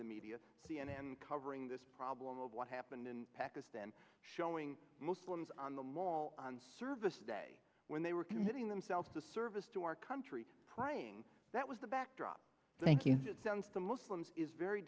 the media c n n covering this problem of what happened in pakistan showing muslims on the mall on service day when they were committing themselves to service to our country praying that was the backdrop thank you it sounds to muslims is very